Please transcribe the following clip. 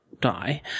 die